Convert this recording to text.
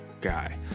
guy